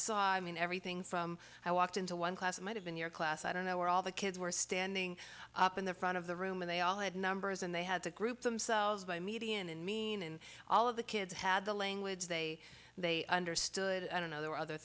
saw i mean everything from i walked into one class might have been your class i don't know where all the kids were standing up in the front of the room and they all had numbers and they had to group themselves by median and mean and all of the kids had the language they they understood i don't know there were other